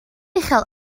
uchel